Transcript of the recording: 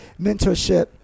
mentorship